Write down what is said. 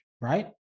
right